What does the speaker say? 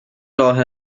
راه